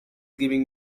giving